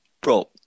bro